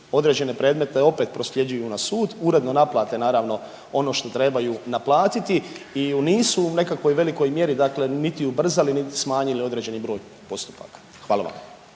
određene predmete opet prosljeđuju na sud, uredno naplate naravno ono što trebaju naplatiti i nisu u nekakvoj velikoj mjeri dakle niti ubrzali niti smanjili određeni broj postupaka, hvala vam.